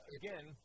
again